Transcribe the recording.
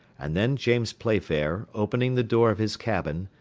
and then james playfair, opening the door of his cabin,